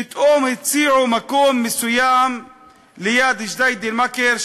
פתאום הציעו מקום מסוים ליד ג'דיידה-מכר,